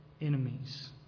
enemies